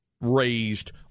raised